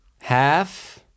Half